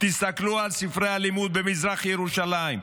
תסתכלו על ספרי הלימוד במזרח ירושלים.